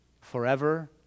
forever